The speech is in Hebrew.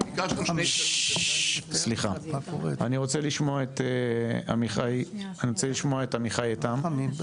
אני רוצה לשמוע את עמיחי עיטם.